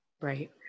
Right